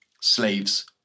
Slaves